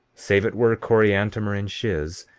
save it were coriantumr and shiz,